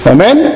Amen